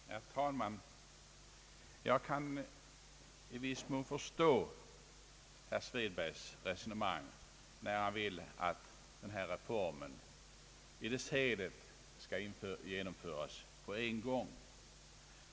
Herr talman! Jag kan i viss mån förstå herr Svedbergs resonemang när han vill att reformen i dess helhet skall genomföras på en gång.